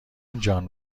جان